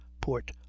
port